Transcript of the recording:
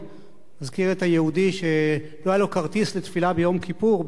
מזכיר את היהודי שלא היה לו כרטיס לתפילה ביום כיפור באיזה בית-כנסת,